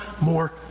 more